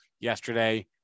Yesterday